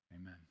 Amen